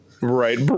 Right